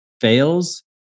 fails